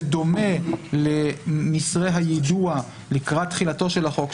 בדומה למסרי היידוע לקראת תחילתו של החוק,